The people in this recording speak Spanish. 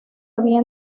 había